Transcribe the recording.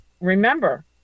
remember